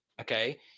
Okay